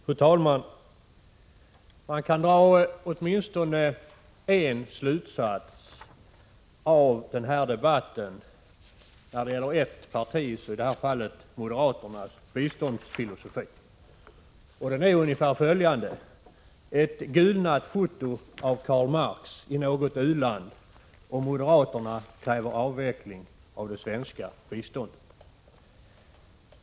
Fru talman! Av den här debatten kan man dra åtminstone en slutsats när det gäller ett partis, moderaternas, biståndsfilosofi, nämligen ungefär följande: Ett gulnat foto av Karl Marx i något u-land och moderaterna kräver avveckling av det svenska biståndet!